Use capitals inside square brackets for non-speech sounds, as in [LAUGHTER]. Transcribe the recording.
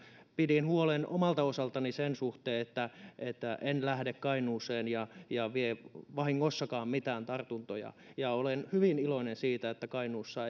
pidin huolen omalta osaltani sen suhteen että että en lähde kainuuseen ja ja vie vahingossakaan mitään tartuntoja ja olen hyvin iloinen siitä että kainuussa [UNINTELLIGIBLE]